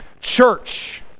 church